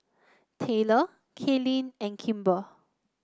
Tayler Kaylynn and Kimber